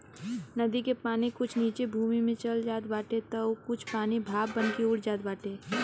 नदी के पानी कुछ नीचे भूमि में चल जात बाटे तअ कुछ पानी भाप बनके उड़ जात बाटे